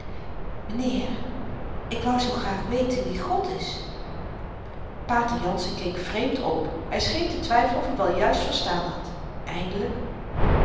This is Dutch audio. m'nheer ik wou zoo graag weten wie god is pater jansen keek vreemd op hy scheen te twyfelen of-i wel juist verstaan had eindelyk